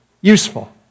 useful